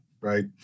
right